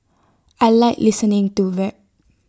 I Like listening to rap